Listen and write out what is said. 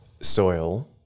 soil –